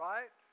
Right